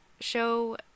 show